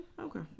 Okay